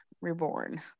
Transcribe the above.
reborn